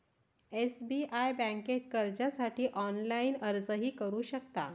SBI बँकेत कर्जासाठी online अर्जही करू शकता